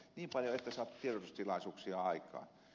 niin paljon ette saa tiedotustilaisuuksia aikaan